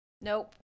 nope